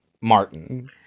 Martin